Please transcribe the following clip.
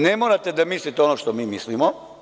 Ne morate da mislite ono što mi mislimo.